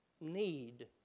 need